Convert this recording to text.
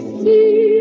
see